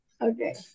Okay